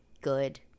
good